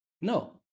No